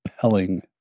compelling